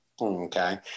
Okay